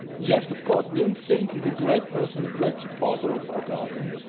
yes, of course, leon fink is a great person, a great supporter of our garden,